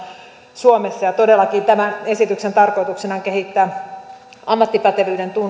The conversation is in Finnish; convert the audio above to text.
suomessa ja todellakin tämän esityksen tarkoituksena on kehittää ammattipätevyyden